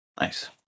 Nice